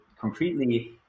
concretely